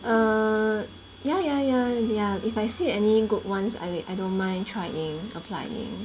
err yeah yeah yeah there are if I see any good ones I I don't mind trying applying